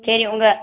சரி உங்கள்